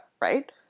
right